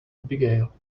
abigail